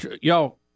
y'all